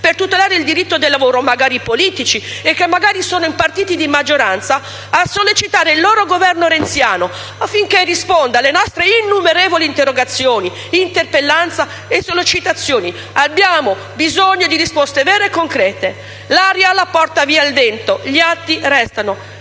per tutelare il diritto del lavoro, magari politici e che magari sono in partiti di maggioranza, a sollecitare il loro Governo renziano affinché risponda alle nostre innumerevoli interrogazioni, interpellanze e sollecitazioni. Abbiamo bisogno di risposte vere e concrete. L'aria la porta via il vento, gli atti restano.